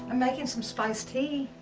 and making some spiced tea.